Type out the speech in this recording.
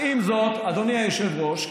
ועם זאת, אדוני היושב-ראש,